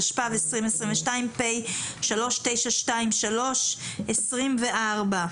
התשפ"ב-2022 (פ/3923/24),